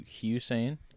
hussein